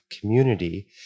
community